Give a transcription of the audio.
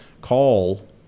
call